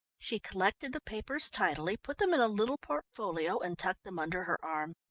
she collected the papers tidily, put them in a little portfolio and tucked them under her arm.